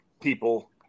people